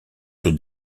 sur